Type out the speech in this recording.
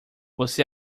você